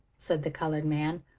said the colored man.